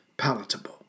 palatable